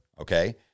Okay